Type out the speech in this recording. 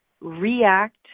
react